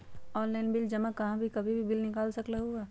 Online bill जमा कहीं भी कभी भी बिल निकाल सकलहु ह?